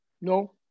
No